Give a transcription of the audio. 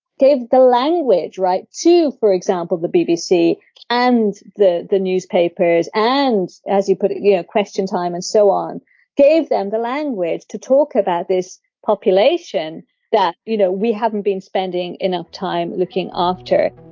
the language right to for example the bbc and the the newspapers and as you put it yeah question time and so on gave them the language to talk about this population that you know we haven't been spending enough time looking after.